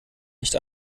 nicht